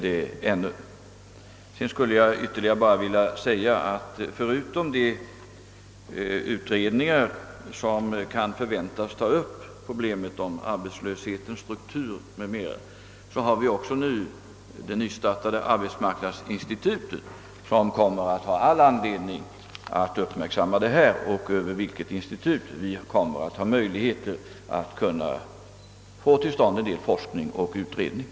Därutöver vill jag bara tillägga, att förutom de utredningar, som kan förväntas ta upp frågan om arbetslöshetens struktur, kommer det nystartade arbetsmarknadsinstitutet att ha all anledning att uppmärksamma dessa problem. Genom detta institut blir det möjligt att få till stånd en del forskning och utredningar.